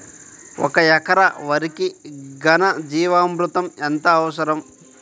ఒక ఎకరా వరికి ఘన జీవామృతం ఎంత అవసరం?